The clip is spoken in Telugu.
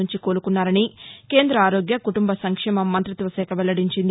నుంచి కోలుకున్నారని కేంద్ర ఆరోగ్య కుటుంబ సంక్షేమ మంతిత్వకాఖ వెల్లడించింది